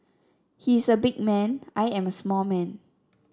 he is a big man I am a small man